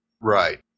Right